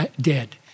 dead